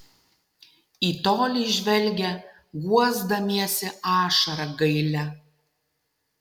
į tolį žvelgia guosdamiesi ašara gailia